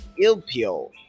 Ilpio